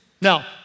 Now